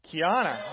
Kiana